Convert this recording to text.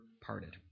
parted